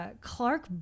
Clark